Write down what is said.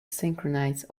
synchronize